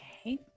Okay